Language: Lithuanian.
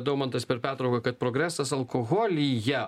daumantas per pertrauką kad progresas alkoholyje